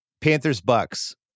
Panthers-Bucks